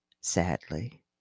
Sadly